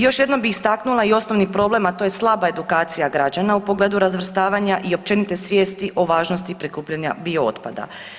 Još jednom bih istaknula i osnovni problem, a to je slaba edukacija građana u pogledu razvrstavanja i općenite svijesti o važnosti prikupljanja biootpada.